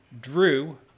Drew